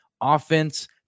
Offense